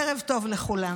ערב טוב לכולם.